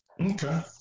Okay